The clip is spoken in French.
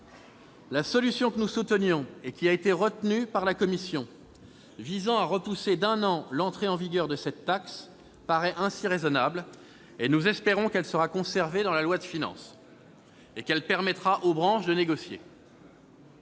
La solution que nous soutenions, et qui a été retenue par la commission, visant à repousser d'un an l'entrée en vigueur de cette taxe paraît ainsi raisonnable. Nous espérons qu'elle sera conservée dans la loi de finances et qu'elle permettra une négociation